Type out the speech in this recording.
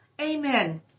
Amen